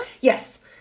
Yes